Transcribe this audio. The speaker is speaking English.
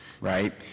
right